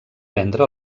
vendre